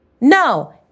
No